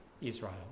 Israel